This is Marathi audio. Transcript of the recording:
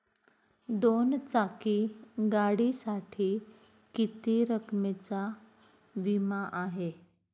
दोन चाकी गाडीसाठी किती रकमेचा विमा आहे?